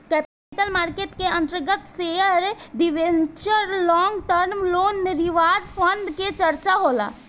capital market के अंतर्गत share debenture long term loan reserve fund के चर्चा होला